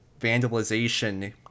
vandalization